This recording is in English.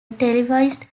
televised